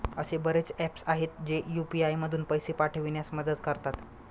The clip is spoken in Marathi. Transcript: असे बरेच ऍप्स आहेत, जे यू.पी.आय मधून पैसे पाठविण्यास मदत करतात